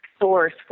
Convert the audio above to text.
source